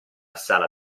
sala